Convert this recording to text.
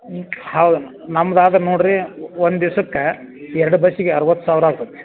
ಹ್ಞೂ ಹೌದು ನಮ್ದು ಆದ್ರೆ ನೋಡಿರಿ ಒಂದು ದಿವ್ಸಕ್ಕೆ ಎರಡು ಬಸ್ಸಿಗೆ ಅರುವತ್ತು ಸಾವಿರ ಆಗ್ತತಿ